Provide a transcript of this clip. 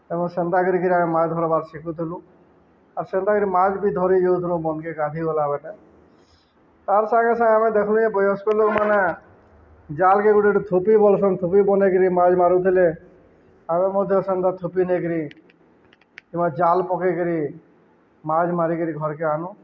ଏବଂ ସେନ୍ତା କରିକିରି ଆମେ ମାଛ୍ ଧର୍ବାର୍ ଶିଖୁଥିଲୁ ଆର୍ ସେନ୍ତାକରି ମାଛ୍ ବି ଧରି ଯାଉଥିଲୁ ବନ୍ଧ୍କେ ଗାଧିଗଲାବେଲେ ତାର୍ ସାଙ୍ଗେ ସାଙ୍ଗେ ଆମେ ଦେଖ୍ନୁ ଯେ ବୟସ୍କ ଲୋକ୍ମାନେ ଜାଲ୍କେ ଗୁଟେ ଗୁଟେ ଥୋପି ବଲ୍ସନ୍ ଥୋପି ବନେଇକରି ମାଛ୍ ମାରୁୁଥିଲେ ଆମେ ମଧ୍ୟ ସେନ୍ତା ଥୋପି ନେଇକିରି କିମ୍ବା ଜାଲ୍ ପକେଇକରି ମାଛ୍ ମାରିକରି ଘର୍କେ ଆନୁ